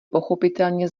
pochopitelně